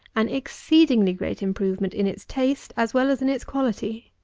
an exceedingly great improvement in its taste as well as in its quality!